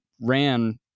ran